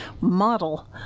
model